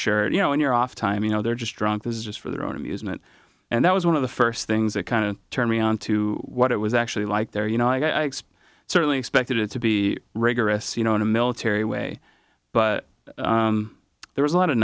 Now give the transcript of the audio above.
shirt you know in your off time you know they're just drunk this is just for their own amusement and that was one of the first things that kind of turned me on to what it was actually like there you know i guess certainly expected to be rigorous you know in a military way but there was a lot of